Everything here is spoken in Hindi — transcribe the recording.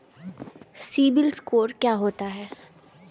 सिबिल स्कोर क्या होता है?